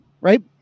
right